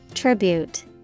Tribute